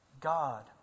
God